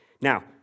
Now